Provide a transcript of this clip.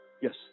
Yes